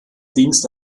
dienst